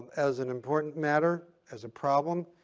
as an important matter, as a problem,